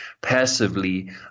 passively